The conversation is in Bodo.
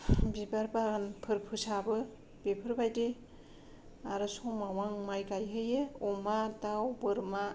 बिबार बागानफोर फोसाबो बेफोरबायदि आरो समाव आं माइ गायहैयो अमा दाउ बोरमा